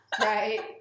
Right